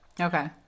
Okay